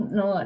no